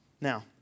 Now